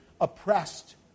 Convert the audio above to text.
oppressed